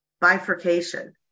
bifurcation